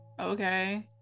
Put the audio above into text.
okay